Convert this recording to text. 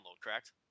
correct